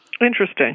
Interesting